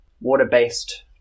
water-based